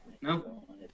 No